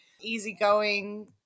easygoing